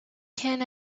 can